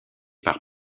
par